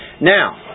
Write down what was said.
Now